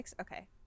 Okay